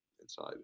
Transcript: inside